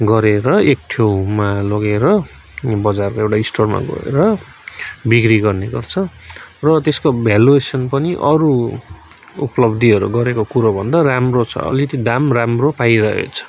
गरेर एक ठाउँमा लगेर बजार एउटा स्टोरमा गएर बिक्री गर्नेगर्छ र त्यसको भ्यालुएसन पनि अरू उपलब्धिहरू गरेको कुरोभन्दा राम्रो छ अलिकति दाम राम्रो पाइरहेको छ